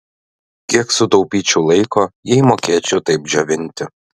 kiek sutaupyčiau laiko jei mokėčiau taip džiovinti